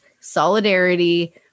solidarity